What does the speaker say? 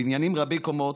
בניינים רבי-קומות,